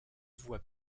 voie